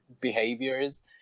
behaviors